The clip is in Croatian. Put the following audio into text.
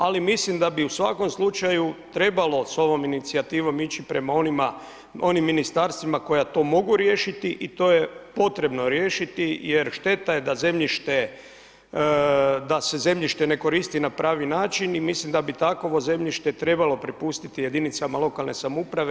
Ali, mislim da bi u svakom slučaju trebalo s ovom inicijativom ići prema onim ministarstvima koja to mogu riješiti i to je potrebno riješiti jer šteta je da se zemljište ne koristi na pravi način i mislim da bi takovo zemljište trebalo prepustiti jedinicama lokalne samouprave.